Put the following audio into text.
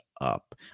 up